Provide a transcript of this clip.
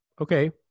okay